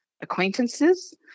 acquaintances